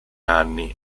anni